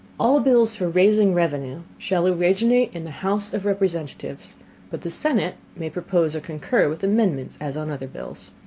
all bills for raising revenue shall originate in the house of representatives but the senate may propose or concur with amendments as on other bills.